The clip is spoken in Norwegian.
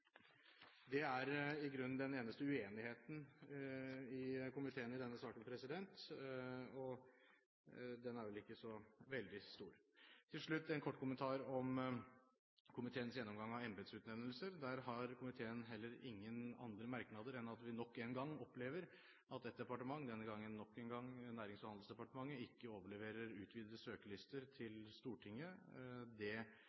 Det er i grunnen den eneste uenigheten i komiteen i denne saken, og den er vel ikke så veldig stor. Til slutt en kort kommentar om komiteens gjennomgang av embetsutnevnelser. Der har komiteen heller ingen andre merknader enn at vi nok en gang opplever at ett departement, nok en gang Nærings- og handelsdepartementet, ikke overleverer utvidede søkerlister til Stortinget. Det